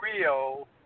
Rio